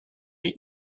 est